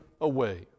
away